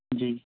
جی